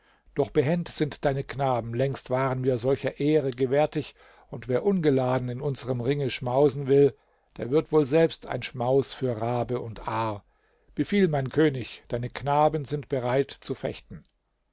doch behend sind deine knaben längst waren wir solcher ehre gewärtig und wer ungeladen in unserem ringe schmausen will der wird wohl selbst ein schmaus für rabe und aar befiehl mein könig deine knaben sind bereit zu fechten